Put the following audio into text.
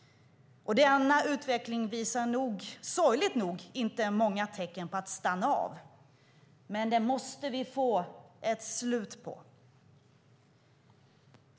Denna utveckling visar sorgligt nog inte många tecken på att stanna av, men det måste vi få ett slut på.